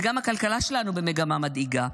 וגם הכלכלה שלנו במגמה מדאיגה.